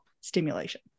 stimulation